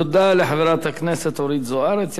תודה לחברת הכנסת אורית זוארץ.